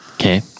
Okay